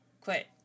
quit